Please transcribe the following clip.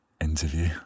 interview